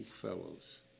fellows